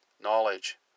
Knowledge